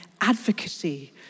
advocacy